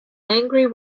angry